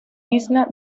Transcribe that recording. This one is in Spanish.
isla